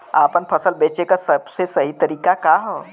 आपन फसल बेचे क सबसे सही तरीका का ह?